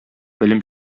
белем